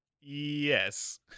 Yes